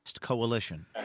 coalition